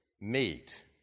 meet